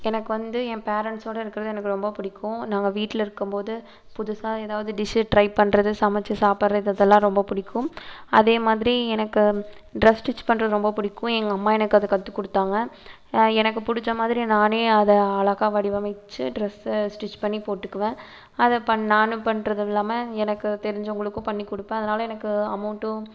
எனக்கு வந்து என் பேரண்ட்ஸோடு இருக்கிறது எனக்கு ரொம்ப பிடிக்கும் நாங்கள் வீட்டில் இருக்கும்போது புதுசாக ஏதாவது டிஷ்ஷு ட்ரை பண்ணுறது சமைச்சி சாப்பிறது இதெல்லாம் ரொம்ப பிடிக்கும் அதே மாதிரி எனக்கு ட்ரெஸ் ஸ்டிச் பண்ணுறது ரொம்ப பிடிக்கும் எங்கள் அம்மா எனக்கு அது கற்றுக் கொடுத்தாங்க எனக்குப் பிடிச்ச மாதிரி நானே அதை அழகாக வடிவமைத்து ட்ரெஸ்ஸை ஸ்டிச் பண்ணி போட்டுக்குவேன் அதை பண் நானும் பண்ணுறது இல்லாமல் எனக்கு தெரிஞ்சவங்களுக்கும் பண்ணிக் கொடுப்பேன் அதனால் எனக்கு அமௌண்ட்டும்